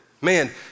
Man